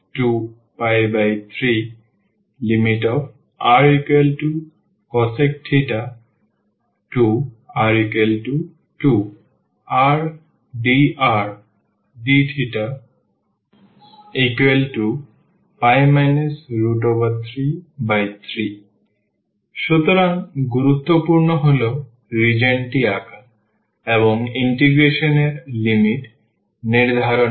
π6π3rcosec θr2r dr dθπ 33 সুতরাং গুরুত্বপূর্ণ হল রিজিওনটি আঁকা এবং ইন্টিগ্রেশন এর লিমিট নির্ধারণ করা